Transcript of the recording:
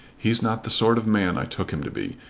he's not the sort of man i took him to be.